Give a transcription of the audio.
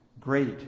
Great